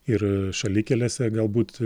ir šalikelėse galbūt